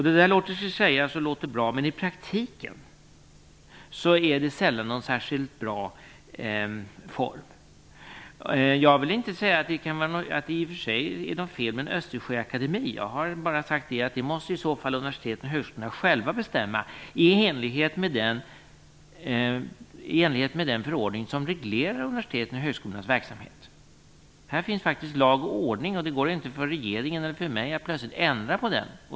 Det låter bra, men i praktiken är det sällan en särskilt bra form. Jag vill inte säga att det är något fel med en Östersjöakademi. Jag har bara sagt att i så fall måste universiteten och högskolorna själva bestämma detta i enlighet med den förordning som reglerar universitetens och högskolornas verksamhet. Här finns faktiskt lag och ordning. Det kan inte regeringen eller jag plötsligt ändra på.